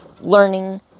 learning